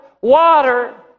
water